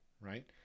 Right